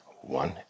one